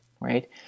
right